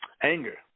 Anger